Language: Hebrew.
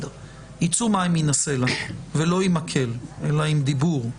יצאו מים מן הסלע, ולא עם מקל אלא עם דיבור,